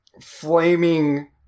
flaming